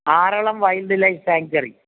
Aralam wild life sanctuary